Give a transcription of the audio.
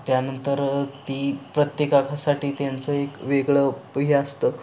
त्यानंतर ती प्रत्येकासाठी त्यांचं एक वेगळं प हे असतं